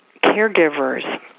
caregivers